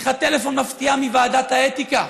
שיחת טלפון מפתיעה מוועדת האתיקה,